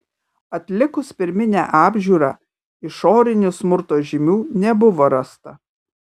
atlikus pirminę apžiūrą išorinių smurto žymių nebuvo rasta